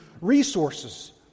resources